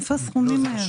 מאיפה המספרים האלה?